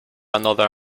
another